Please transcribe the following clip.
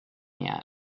yet